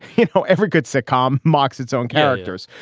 you know, every good sitcom mocks its own characters.